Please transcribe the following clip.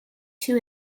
too